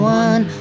one